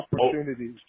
opportunities